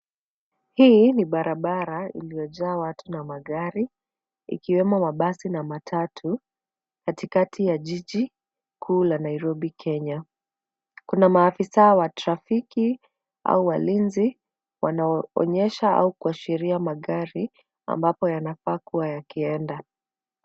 Hii ni barabara iliyojaa watu na magari, ikiwemo mabasi na matatu katikati ya jiji kuu la Nairobi, Kenya. Kuna maafisa wa trafiki au walinzi wanaoonyesha au kuashiria magari ambapo yanafaa kuwa yakiendea.